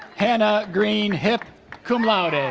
hannah green hipp cum laude and